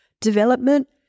development